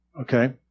Okay